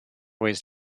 ways